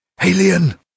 Alien